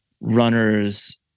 Runners